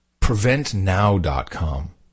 Preventnow.com